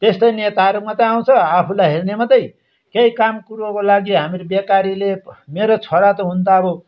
त्यस्तै नेताहरू मात्रै आउँछ आफूलाई हेर्ने मात्रै केही काम कुरोको लागि हामीरू बेकारीले मेरो छोरा त हुनु त अब